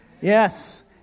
Yes